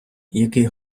який